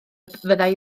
fyddai